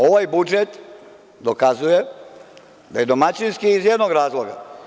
Ovaj budžet dokazuje da je domaćinski iz jednog razloga.